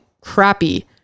crappy